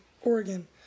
Oregon